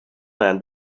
man